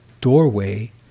doorway